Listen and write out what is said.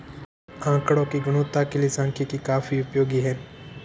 आकड़ों की गुणवत्ता के लिए सांख्यिकी काफी उपयोगी है